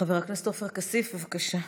חבר הכנסת עופר כסיף, בבקשה.